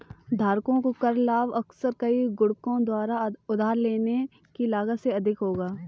धारकों को कर लाभ अक्सर कई गुणकों द्वारा उधार लेने की लागत से अधिक होगा